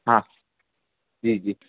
हा जी जी